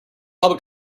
public